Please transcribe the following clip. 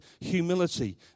humility